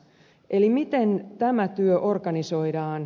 eli miten tämä työ organisoidaan